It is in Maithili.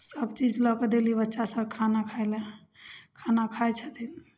सब चीज लऽ कऽ देली बच्चा सब खाना खाइ लए खाना खाइ छथिन